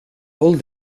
håll